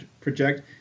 project